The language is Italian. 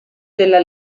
della